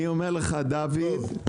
אני אומר לך, דוד,